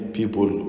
people